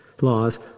laws